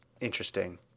interesting